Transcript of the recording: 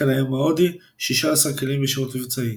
חיל הים ההודי – 16 כלים בשירות מבצעי.